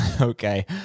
Okay